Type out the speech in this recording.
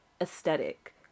aesthetic